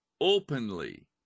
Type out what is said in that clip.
openly